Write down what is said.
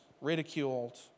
ridiculed